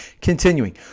Continuing